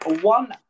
one